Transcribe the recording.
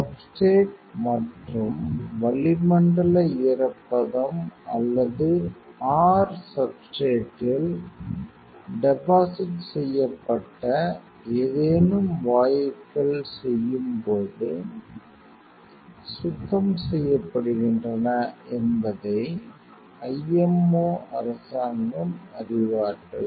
substrate மற்றும் வளிமண்டல ஈரப்பதம் அல்லது r சப்ஸ்ட்ரேட்றில் டெபாசிட் செய்யப்பட்ட ஏதேனும் வாயுக்கள் செய்யும் போது சுத்தம் செய்யப்படுகின்றன என்பதை IMO அரசாங்கம் அறிவார்கள்